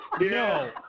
no